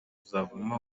kuzavamo